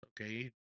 Okay